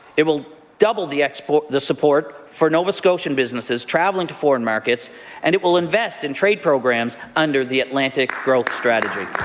it will double the support the support for nova scotian businesses traveling to foreign markets and it will invest in trade programs under the atlantic growth strategy.